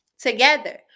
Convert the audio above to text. together